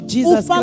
Jesus